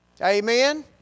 Amen